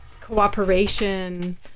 cooperation